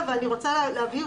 על הבסיס של 19'. זאת ההגדרה,